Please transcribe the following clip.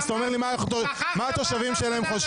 אז אתה אומר לי מה התושבים שלהם חושבים.